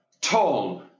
tall